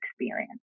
experience